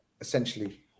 essentially